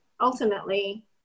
ultimately